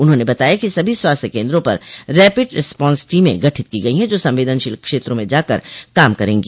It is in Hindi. उन्होंने बताया कि सभी स्वास्थ्य केन्द्रों पर रैपिड रेस्पांस टीमें गठित की गई जो संवेदनशील क्षेत्रों में जाकर काम करेंगी